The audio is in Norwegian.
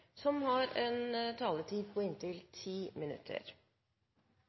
ordet, har en taletid på inntil 3 minutter.